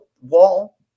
wall